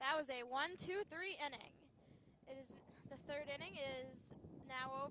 that was a one two three ending the